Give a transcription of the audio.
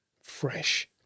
fresh